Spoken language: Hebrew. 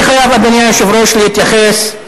אני חייב, אדוני היושב-ראש, להתייחס,